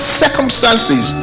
circumstances